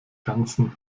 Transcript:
ganzen